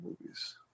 movies